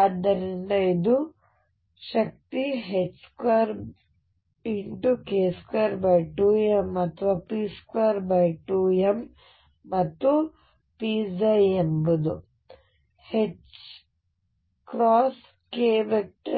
ಆದ್ದರಿಂದ ಇದು ಶಕ್ತಿ 2k22m ಅಥವಾ p22m ಮತ್ತು p ψ ಎಂಬುದು k ψ